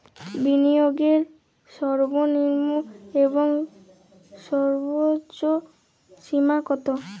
বিনিয়োগের সর্বনিম্ন এবং সর্বোচ্চ সীমা কত?